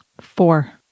Four